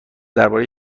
درباره